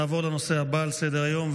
נעבור לנושא הבא על סדר-היום,